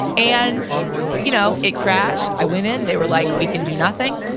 and you know it crashed, i went in, they were like, we can do nothing.